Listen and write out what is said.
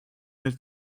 nüüd